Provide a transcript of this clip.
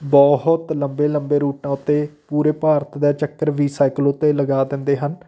ਬਹੁਤ ਲੰਬੇ ਲੰਬੇ ਰੂਟਾਂ ਉੱਤੇ ਪੂਰੇ ਭਾਰਤ ਦਾ ਚੱਕਰ ਵੀ ਸਾਈਕਲ ਉੱਤੇ ਲਗਾ ਦਿੰਦੇ ਹਨ